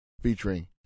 Featuring